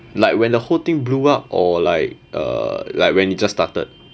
like when the whole thing blew up or like uh like when you just started